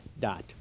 dot